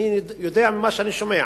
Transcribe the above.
אני יודע ממה שאני שומע